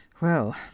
Well